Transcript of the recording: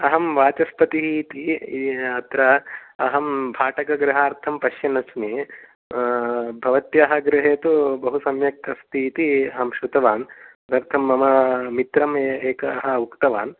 अहं वाचस्पतिः इति अत्र अहं भाटकगृहार्थं पश्यन्नस्मि भवत्याः गृहे तु बहु सम्यक् अस्तीति अहं श्रुतवान् तदर्थं मम मित्रम् एकः उक्तवान्